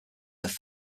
their